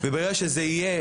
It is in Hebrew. וברגע שזה יהיה,